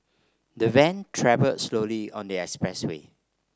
the van travelled slowly on the express way